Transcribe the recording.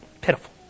Pitiful